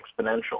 exponential